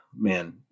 Man